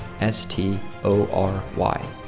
S-T-O-R-Y